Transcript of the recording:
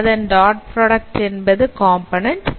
அதன் dot product என்பது component